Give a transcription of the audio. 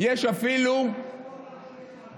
יש אפילו עידוד.